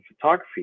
photography